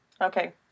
Okay